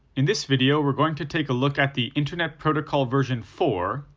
in this video, we're going to take a look at the internet protocol version four,